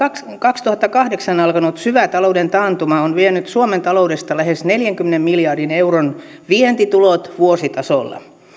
kaksituhattakahdeksan alkanut syvä talouden taantuma on vienyt suomen taloudesta lähes neljänkymmenen miljardin euron vientitulot vuositasolla